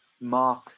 mark